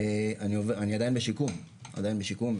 אני עדיין בשיקום, עדיין בשיקום.